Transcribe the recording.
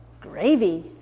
gravy